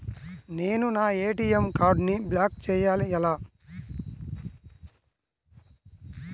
నేను నా ఏ.టీ.ఎం కార్డ్ను బ్లాక్ చేయాలి ఎలా?